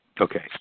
Okay